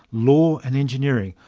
law and engineering,